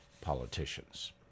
politicians